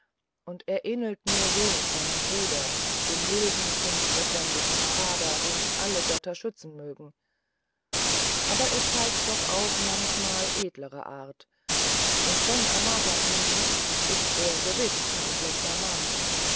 und er ähnelt nur wenig seinem bruder dem milden kunstverständigen narada den alle götter schützen mögen aber er zeigt doch auch manchmal edlere art und wenn amara ihn liebt ist er gewiß kein schlechter mann